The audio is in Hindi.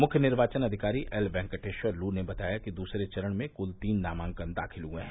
मुख्य निर्वाचन आधिकारी एलवेक्टेश्वर लू ने बताया कि दूसरे चरण में क्ल तीन नामांकन दाखिल हुए हैं